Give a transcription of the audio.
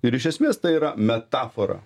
ir iš esmės tai yra metafora